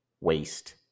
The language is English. waste